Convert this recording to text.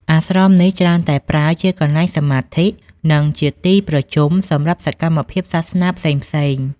អាស្រមនេះច្រើនប្រើជាកន្លែងសមាធិ និងជាទីប្រជុំសម្រាប់សកម្មភាពសាសនាផ្សេងៗ។